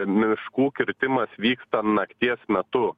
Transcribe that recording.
miškų kirtimas vyksta nakties metu